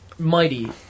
Mighty